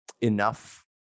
enough